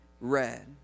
read